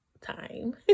time